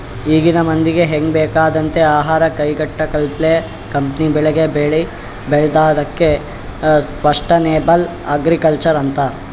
ಈಗಿನ್ ಮಂದಿಗ್ ಹೆಂಗ್ ಬೇಕಾಗಂಥದ್ ಆಹಾರ್ ಕೈಗೆಟಕಪ್ಲೆ ಕಮ್ಮಿಬೆಲೆಗ್ ಬೆಳಿ ಬೆಳ್ಯಾದಕ್ಕ ಸಷ್ಟನೇಬಲ್ ಅಗ್ರಿಕಲ್ಚರ್ ಅಂತರ್